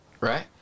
right